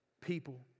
people